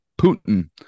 Putin